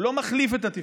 הוא לא מחליף את התפקוד,